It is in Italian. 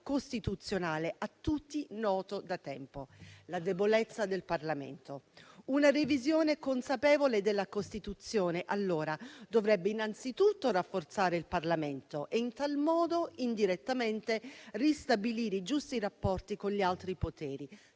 costituzionale a tutti noto da tempo: la debolezza del Parlamento. Una revisione consapevole della Costituzione, allora, dovrebbe innanzitutto rafforzare il Parlamento e, in tal modo, indirettamente, ristabilire i giusti rapporti con gli altri poteri,